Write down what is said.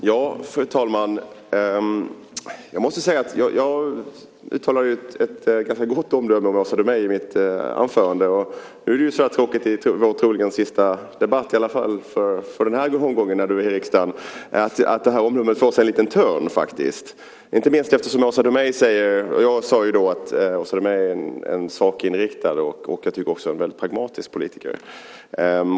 Fru talman! Jag uttalade ju ett ganska gott omdöme om Åsa Domeij i mitt anförande. Då är det ju tråkigt att detta omdöme så här i vår troligen sista debatt, i alla fall för denna omgång i riksdagen för dig, får sig en liten törn. Jag sade att Åsa Domeij är sakinriktad, och jag tycker också att hon är en väldigt pragmatisk politiker.